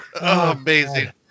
Amazing